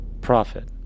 profit